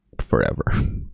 forever